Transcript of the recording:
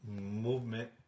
movement